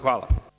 Hvala.